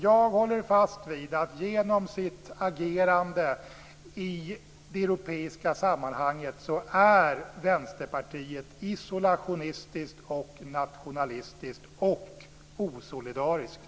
Jag håller fast vid att Vänsterpartiet genom sitt agerande i det europeiska sammanhanget är isolationistiskt, nationalistiskt och osolidariskt.